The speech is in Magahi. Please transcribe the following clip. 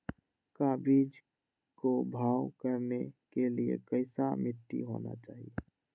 का बीज को भाव करने के लिए कैसा मिट्टी होना चाहिए?